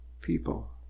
people